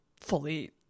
fully